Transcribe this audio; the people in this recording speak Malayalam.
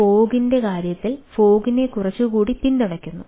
ഫോഗ്നെ കുറച്ചുകൂടി പിന്തുണയ്ക്കുന്നു